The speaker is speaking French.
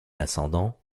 ascendant